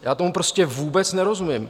Já tomu prostě vůbec nerozumím.